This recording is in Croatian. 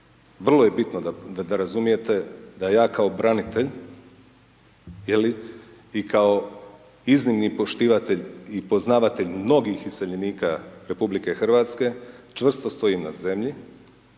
vrlo je bitno da razumijete da ja kao branitelj, je li i kao iznimni poštivatelj i poznavatelj mnogih iseljenika RH, čvrsto stojim na zemlji,